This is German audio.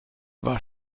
war